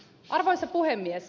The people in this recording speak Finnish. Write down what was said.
arvoisa puhemies